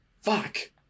Fuck